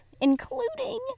including